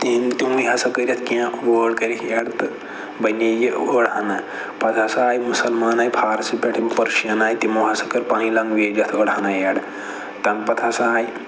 تہٕ تِموٕے ہَسا کٔرۍ یتھ کینٛہہ وٲڈ کٔرِکھ ایٚڈ تہٕ بنے یہِ أڑ ہنا پَتہٕ ہَسا آے مُسَلمان آے فارسی پٮ۪ٹھ یِم پٔرشن آے تِمو ہَسا کٔر پَنٕنۍ لنگویج یتھ أڑ ہَنا ایٚڈ تَمہِ پَتہٕ ہَسا آے